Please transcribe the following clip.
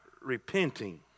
repenting